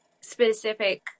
specific